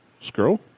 Scroll